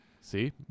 See